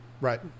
Right